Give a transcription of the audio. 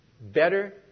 better